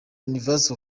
university